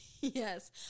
Yes